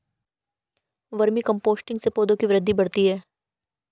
vermi composting से पौधों की वृद्धि बढ़ती है